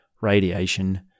radiation